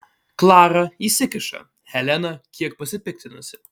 klara įsikiša helena kiek pasipiktinusi